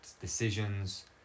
decisions